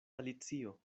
alicio